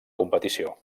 competició